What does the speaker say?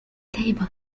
table